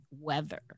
weather